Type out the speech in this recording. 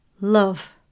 love